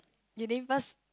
you didn't first